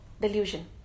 delusion